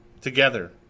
Together